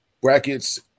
brackets